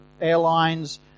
airlines